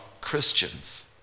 Christians